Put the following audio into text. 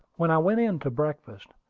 when i went in to breakfast,